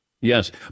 Yes